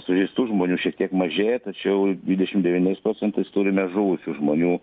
sužeistų žmonių šiek tiek mažėja tačiau dvidešimt devyniais procentais turime žuvusių žmonių